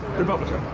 republican.